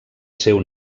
seu